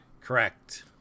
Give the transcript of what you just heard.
Correct